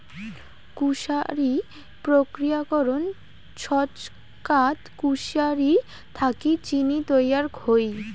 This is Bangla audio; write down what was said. কুশারি প্রক্রিয়াকরণ ছচকাত কুশারি থাকি চিনি তৈয়ার হই